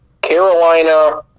Carolina